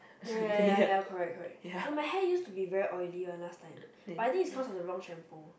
ya ya ya ya correct correct no my hair use to be very oily one last time but I think it's cause of the wrong shampoo